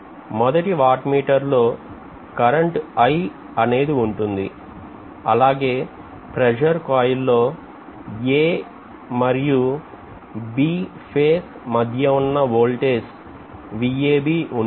మొదటి వాట్ మీటర్లో current I అనేది ఉంటుంది అలాగే కోయిల్ లో A మరియు ఫేజ్ B మధ్యవున్న వోల్టేజ్ Vab ఉంటుంది